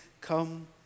come